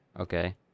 Okay